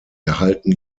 erhalten